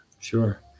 Sure